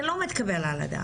זה לא מתקבל על הדעת.